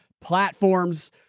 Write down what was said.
platforms